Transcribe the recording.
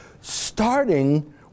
starting